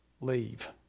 leave